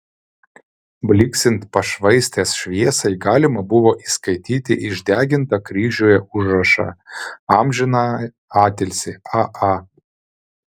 blyksint pašvaistės šviesai galima buvo įskaityti išdegintą kryžiuje užrašą amžiną atilsį a a